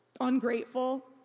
ungrateful